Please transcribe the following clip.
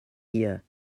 here